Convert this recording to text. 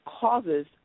Causes